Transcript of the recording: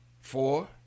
four